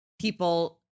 people